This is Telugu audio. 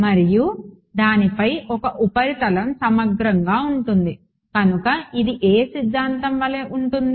మరియు దానిపై ఒక ఉపరితలం సమగ్రంగా ఉంటుంది కనుక ఇది ఏ సిద్ధాంతం వలె ఉంటుంది